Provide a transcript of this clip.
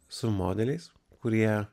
su modeliais kurie